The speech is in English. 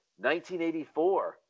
1984